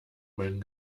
meinen